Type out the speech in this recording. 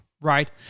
right